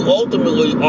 ultimately